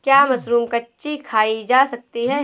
क्या मशरूम कच्ची खाई जा सकती है?